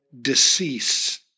decease